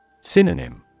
Synonym